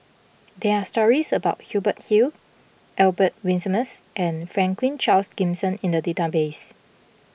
there are stories about Hubert Hill Albert Winsemius and Franklin Charles Gimson in the database